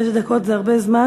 שש דקות זה הרבה זמן.